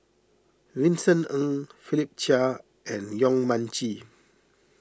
Vincent Ng Philip Chia and Yong Mun Chee